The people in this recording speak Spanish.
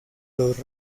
los